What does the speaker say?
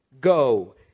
go